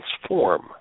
transform